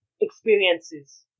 experiences